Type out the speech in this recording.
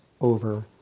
over